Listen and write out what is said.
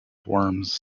worms